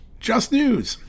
justnews